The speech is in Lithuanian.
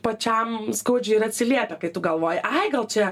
pačiam skaudžiai ir atsiliepia kai tu galvoji ai gal čia